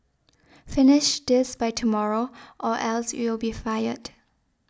finish this by tomorrow or else you'll be fired